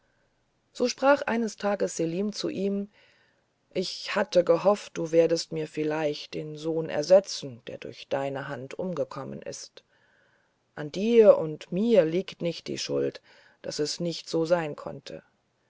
da sprach eines tages selim zu ihm ich hatte gehofft du werdest mir vielleicht den sohn ersetzen der durch deine hand umgekommen ist an dir und mir liegt nicht die schuld daß es nicht sein konnte